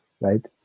right